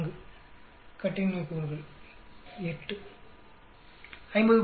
4 கட்டின்மை கூறுகள் 8 50